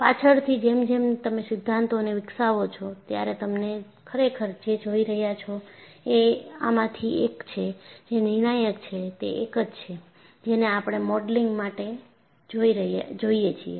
પાછળથી જેમ જેમ તમે સિધ્ધાંતને વિકસાવો છો ત્યારે તમને ખરેખર જે જોઈ રહ્યા છો એ આમાંથી એક છે જે નિર્ણાયક છે તે એક જ છે જેને આપણે મોડેલિંગ માટે જોઈએ છીએ